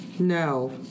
No